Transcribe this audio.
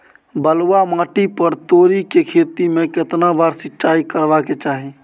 बलुआ माटी पर तोरी के खेती में केतना बार सिंचाई करबा के चाही?